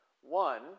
One